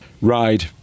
ride